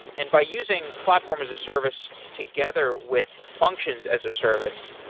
and by using platform as a service together with functions as a service,